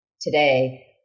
today